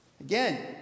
Again